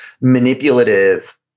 manipulative